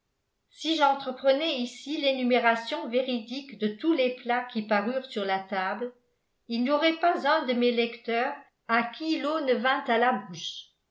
si j'entreprenais ici l'énumération véridique de tous les plats qui parurent sur la table il n'y aurait pas un de mes lecteurs à qui l'eau ne vînt à la bouche